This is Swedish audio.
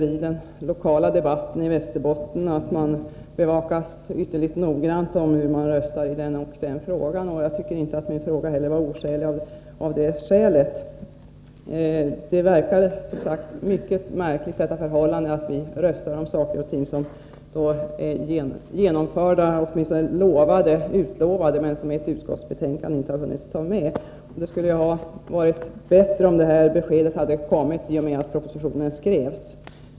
I den lokala debatten i Västerbotten upplever vi att det bevakas ytterligt noggrant hur man röstar i den och den frågan. Av det skälet tycker jag inte att min fråga var obefogad. Det förefaller som sagt mycket märkligt att vi röstar om saker och ting som är genomförda, eller åtminstone utlovade, men som utskottet inte har hunnit behandla. Det hade varit bättre om beskedet kommit då propositionen skrevs.